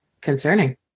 concerning